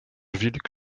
wilk